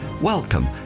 Welcome